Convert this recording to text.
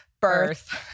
Birth